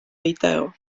video